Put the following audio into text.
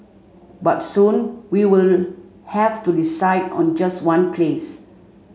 but soon we will have to decide on just one place